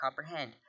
comprehend